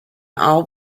all